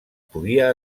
podia